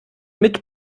mit